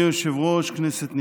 אדוני היושב-ראש, כנסת נכבדה,